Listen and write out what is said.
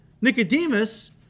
Nicodemus